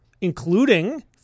including